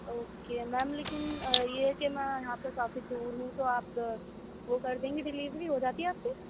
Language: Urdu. اوکے میم لیکن یہ ہے کہ میں یہاں سے کافی دور ہوں تو آپ وہ کر دیں گی ڈلیوری ہوجاتی ہے آپ کے